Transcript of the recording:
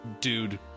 dude